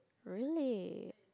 really